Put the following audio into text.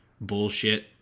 bullshit